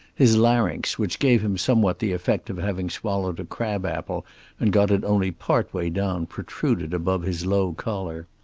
his larynx, which gave him somewhat the effect of having swallowed a crab-apple and got it only part way down, protruded above his low collar.